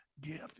gift